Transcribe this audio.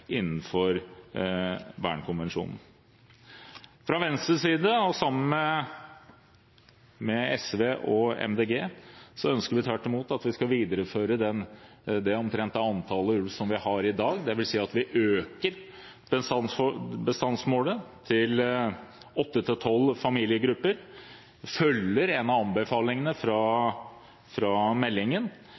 Fra Venstres side, sammen med SV og Miljøpartiet De Grønne, ønsker vi tvert imot at vi skal videreføre omtrent det antallet ulv vi har i dag, dvs. at vi øker bestandsmålet til åtte–tolv familiegrupper – vi følger en av anbefalingene i meldingen